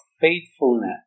faithfulness